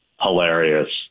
hilarious